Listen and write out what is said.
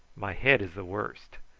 my head is the worst.